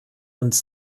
uns